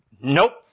Nope